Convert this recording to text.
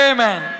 Amen